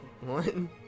One